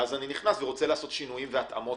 ואז אני נכנס ורוצה לעשות שינויים והתאמנות,